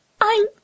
I'm